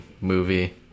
movie